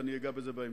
ואני אגע בזה בהמשך,